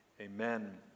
Amen